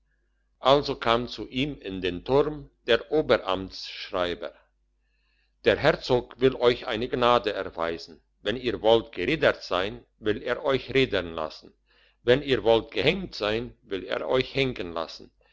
also kam zu ihm in den turn der oberamtsschreiber der herzog will euch eine gnade erweisen wenn ihr wollt gerädert sein will er euch rädern lassen wenn ihr wollt gehenkt sein will er euch henken lassen